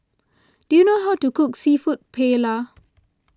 do you know how to cook Seafood Paella